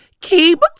keep